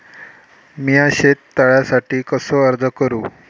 मीया शेत तळ्यासाठी कसो अर्ज करू?